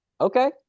Okay